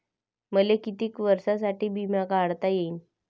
मले कितीक वर्षासाठी बिमा काढता येईन?